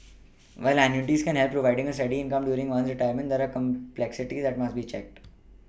while annuities can help with providing a steady income during one's retirement there are complexities that must be checked